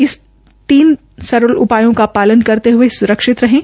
इन तीन सरल उपायों का पालन करते हुए स्रक्षित रहें